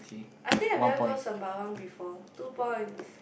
I think I never go sembawang before two points